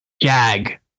gag